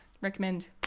recommend